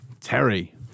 Terry